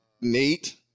Nate